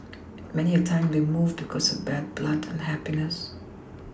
many a time they move because of bad blood unhapPiness